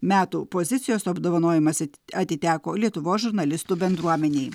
metų pozicijos apdovanojimas ati atiteko lietuvos žurnalistų bendruomenei